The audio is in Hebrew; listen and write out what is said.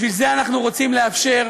בשביל זה אנחנו רוצים לאפשר,